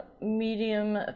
medium